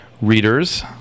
readers